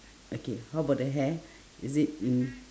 okay how about the hair is it mm